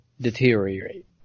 deteriorate